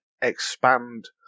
expand